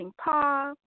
paw